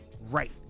right